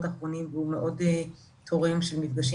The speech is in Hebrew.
הצוות שלי סיים היום סבב דיבור עם כל --- שכן